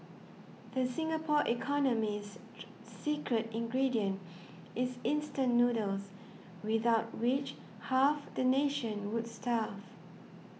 the Singapore economy's secret ingredient is instant noodles without which half the nation would starve